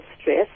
stress